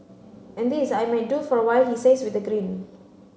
and this I might do for a while he says with a grin